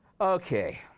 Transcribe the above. Okay